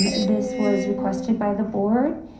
this was requested by the board,